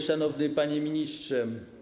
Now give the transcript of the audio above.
Szanowny Panie Ministrze!